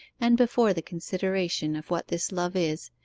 and before the consideration of what this love is,